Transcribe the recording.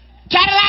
Cadillac